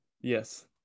Yes